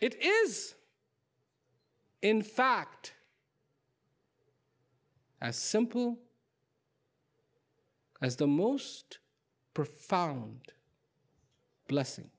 it is in fact as simple as the most profound blessing